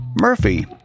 Murphy